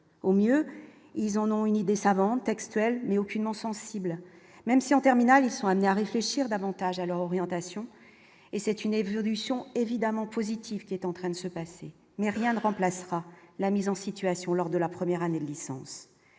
au mieux, ils en ont une idée savante textuelle mais aucunement sensible, même si en terminale sont amenés à réfléchir davantage à leur orientation et c'est une évolution évidemment positif qui est en train de se passer, mais rien d'remplacera la mise en situation, lors de la 1ère année de licence